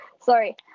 Sorry